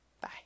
bye